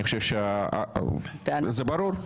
אני חושב שזה ברור.